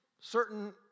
certain